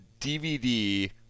dvd